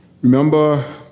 Remember